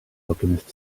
alchemist